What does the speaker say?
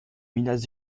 minas